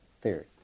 theory